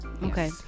Okay